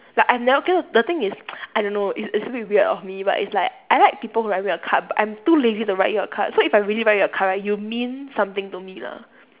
like I've never given the thing is I don't know it's it's a bit weird of me but it's I like people who write me a card but I'm lazy too lazy to write you a card so if I really write you a card right you mean something to me lah